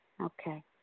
Okay